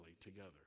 together